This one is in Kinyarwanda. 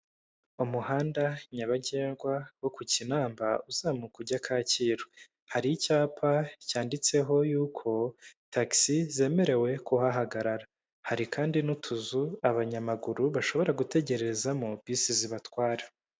Umuhanda nyabagendwa wo ku Kinamba uzamuka ujya Kacyiru hari icyapa cyanditseho yuko tagisi zemerewe kuhahagarara, hari kandi n'utuzu abanyamaguru bashobora gutegerezamo bisi zibatwara.